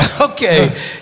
okay